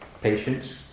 Patience